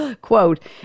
Quote